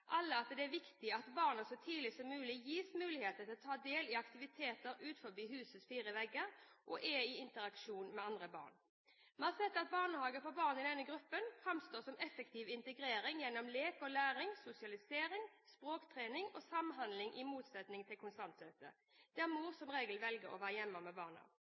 alle at det er viktig at barna så tidlig som mulig gis mulighet til å ta del i aktiviteter utenfor husets fire vegger og er i interaksjon med andre barn. Vi har sett at barnehager for barn i denne gruppen framstår som effektiv integrering gjennom lek, læring, sosialisering, språktrening og samhandling – i motsetning til kontantstøtte, som gjør at mor som regel velger å være hjemme med barna.